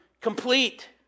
complete